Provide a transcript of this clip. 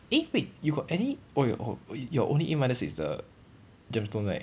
eh wait you got any oh your oh your only A minus is the gemstone right